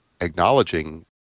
acknowledging